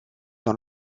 dans